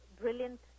brilliant